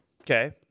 Okay